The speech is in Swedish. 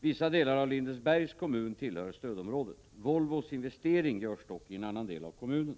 Vissa delar av Lindesbergs kommun tillhör stödområdet. Volvos investering görs dock i en annan del av kommunen.